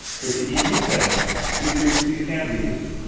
with the eu setting these frequencies can be used.